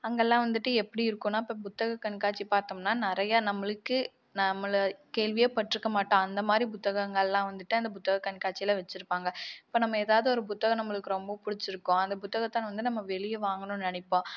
அங்கெல்லாம் வந்துட்டு எப்படி இருக்கும்னா இப்போ புத்தக கண்காட்சி பார்த்தோம்னா நிறையா நம்மளுக்கு நம்மள கேள்வியே பட்டிருக்கமாட்டோம் அந்தமாதிரி புத்தகங்கள்லாம் வந்துட்டு அந்த புத்தக கண்காட்சியில வச்சிருப்பாங்கள் இப்போ நம்ம ஏதாவது ஒரு புத்தகம் நம்மளுக்கு ரொம்ப பிடிச்சிருக்கும் அந்த புத்தகத்தை வந்து நம்ம வெளியே வாங்கனும்னு நினப்போம்